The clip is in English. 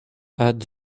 add